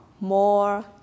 more